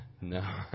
No